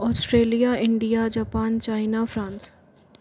Australia India Japan China France